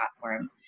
platform